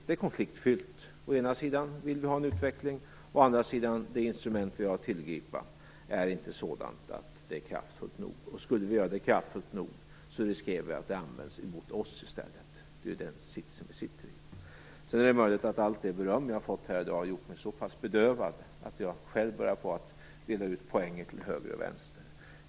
Frågan är konfliktfylld. Å ena sidan vill vi ha en utveckling. Å andra sidan är inte det instrument som vi har att tillgripa kraftfullt nog. Skulle vi använda det nog kraftfullt, skulle vi riskera att det används mot oss i stället. Det är den situation som vi befinner oss i. Sedan är det möjligt att allt det beröm som jag har fått här i dag har gjort mig så pass bedövad att jag själv börjar på att dela ut poänger till höger och vänster.